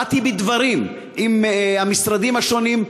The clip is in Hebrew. באתי בדברים עם המשרדים השונים.